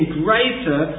greater